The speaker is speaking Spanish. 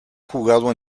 jugado